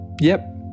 Yep